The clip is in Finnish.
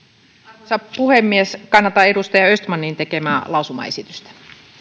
arvoisa puhemies kannatan edustaja östmanin tekemää lausumaesitystä